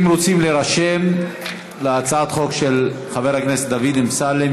אם רוצים להירשם להצעת החוק של חבר הכנסת דוד אמסלם,